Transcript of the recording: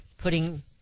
putting